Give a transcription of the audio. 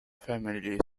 family